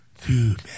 Dude